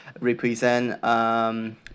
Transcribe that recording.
represent